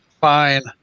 Fine